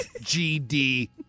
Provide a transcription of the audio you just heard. G-D